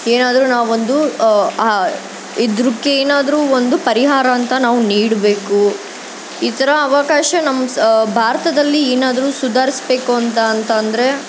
ಏನಾದ್ರೂ ನಾವು ಒಂದು ಆ ಇದಕ್ಕೇನಾದ್ರೂ ಒಂದು ಪರಿಹಾರ ಅಂತ ನಾವು ನೀಡಬೇಕು ಈ ಥರ ಅವಕಾಶ ನಮ್ಮ ಸ ಭಾರತದಲ್ಲಿ ಏನಾದ್ರೂ ಸುಧಾರಿಸ್ಬೇಕು ಅಂತ ಅಂತಂದರೆ